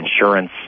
insurance